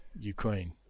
Ukraine